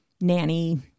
nanny